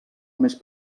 més